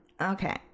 Okay